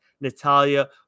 Natalia